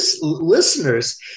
listeners